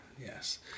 Yes